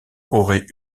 aurait